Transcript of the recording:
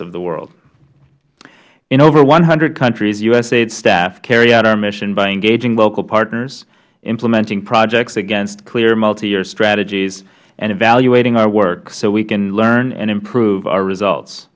of the world in over one hundred countries usaid staff carry out our mission by engaging local partners implementing projects against clear multi year strategies and evaluating our work so we can learn and improve our results